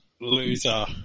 Loser